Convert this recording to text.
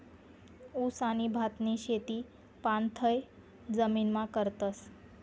ऊस आणि भातनी शेती पाणथय जमीनमा करतस